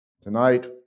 Tonight